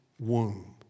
womb